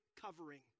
covering